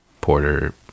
porter